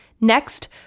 Next